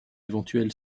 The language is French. éventuelle